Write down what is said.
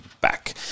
back